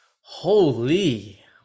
Holy